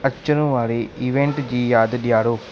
अचणु वारे इवेंट जी यादि ॾियारो